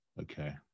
Okay